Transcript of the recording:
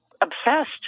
obsessed